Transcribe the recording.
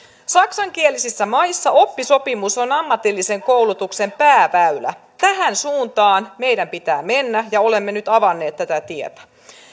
saksankielisissä maissa oppisopimus on ammatillisen koulutuksen pääväylä tähän suuntaan meidän pitää mennä ja olemme nyt avanneet tätä tietä